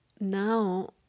now